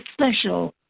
special